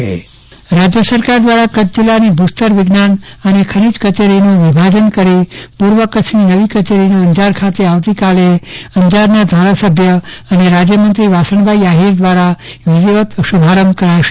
ચંદ્રવદન પદ્ટણી ખનીજ કચેરી રાજય સરકાર દ્વારા કચ્છુ જિલ્લાની ભુસ્તગર વિજ્ઞાન અને ખનિજ કચેરીનું વિભાજન કરી પુર્વ કચ્છાની નવી કચેરીનું અંજાર ખાતે આવતી કાલે અંજાર ધારા સભ્યી અને રાજય મંત્રી શ્રી વાસણ ભાઇ આહિર દ્વારા વિધીવત શુભારંભ કરાશે